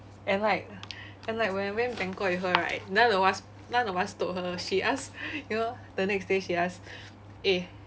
and like and like when I went bangkok with her right none of us none of us told her she asked you know the next day she asked eh